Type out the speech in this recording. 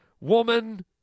woman